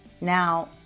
Now